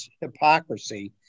hypocrisy